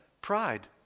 Pride